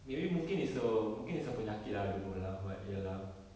maybe mungkin it's a mungkin it's a penyakit ah I don't know lah but ya lah